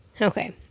Okay